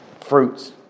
fruits